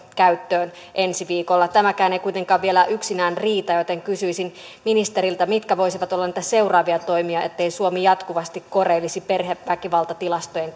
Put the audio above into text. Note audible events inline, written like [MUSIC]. käyttöön ensi viikolla tämäkään ei kuitenkaan vielä yksinään riitä joten kysyisin ministeriltä mitkä voisivat olla niitä seuraavia toimia ettei suomi jatkuvasti koreilisi perheväkivaltatilastojen [UNINTELLIGIBLE]